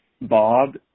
Bob